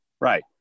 Right